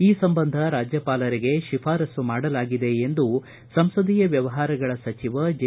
ಈ ಸಂಬಂಧ ರಾಜ್ಯಪಾಲರಿಗೆ ಶಿಫಾರಸ್ಸು ಮಾಡಲಾಗಿದೆ ಎಂದು ಸಂಸದೀಯ ವ್ವವಹಾರಗಳ ಸಚಿವ ಜೆ